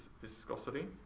viscosity